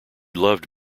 loved